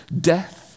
death